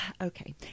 Okay